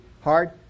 Hard